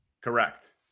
Correct